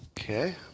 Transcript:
okay